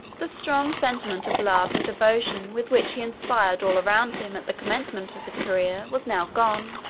the strong sentiment of love and devotion with which he inspired all around him at the commencement of his career, was now gone,